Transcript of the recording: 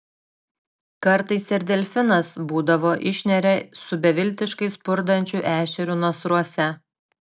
kartais ir delfinas būdavo išneria su beviltiškai spurdančiu ešeriu nasruose